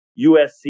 USC